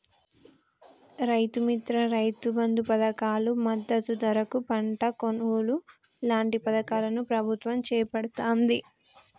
రైతు మిత్ర, రైతు బంధు పధకాలు, మద్దతు ధరకు పంట కొనుగోలు లాంటి పధకాలను ప్రభుత్వం చేపడుతాంది